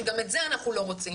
שגם את זה אנחנו לא רוצים,